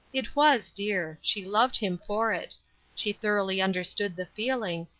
it was dear she loved him for it she thoroughly understood the feeling,